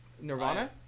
Nirvana